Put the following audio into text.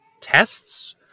tests